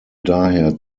daher